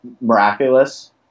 miraculous